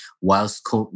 whilst